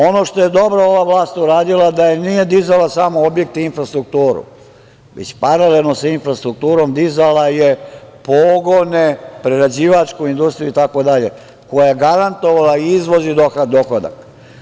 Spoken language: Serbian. Ono što je dobro ova vlast uradila to je da nije dizala samo objekte i infrastrukturu, već paralelno sa infrastrukturom dizala je pogone prerađivačke industrije itd. koja je garantovala izvoz i dohodak.